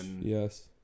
Yes